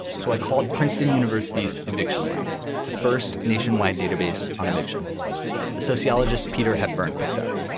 so i called princeton university's eviction lab the first nationwide database on evictions the sociologist peter hepburn picked up.